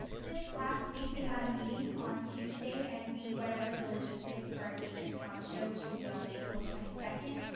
this last week we had a meeting on tuesday and we went over the logistics for a district talent show, which will be on april twenty second.